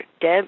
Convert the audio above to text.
Deb